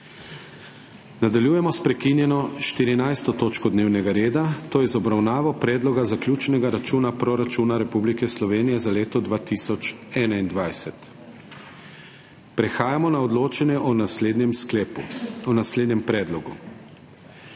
Nadaljujemo s **prekinjeno 14. točko dnevnega reda, to je z obravnavo Predloga zaključnega računa proračuna Republike Slovenije za leto 2021.** Prehajamo na odločanje o naslednjem predlogu: